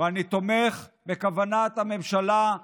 אבל אני רוצה לשאול אותך: